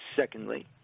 Secondly